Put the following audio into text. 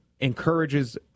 encourages